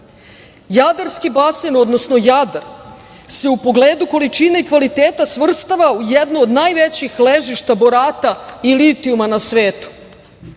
Jadaski basen, odnosno Jadar se u pogledu količine i kvaliteta svrstava u jednu od najvećih ležišta borata i litijuma na svetu. Dalje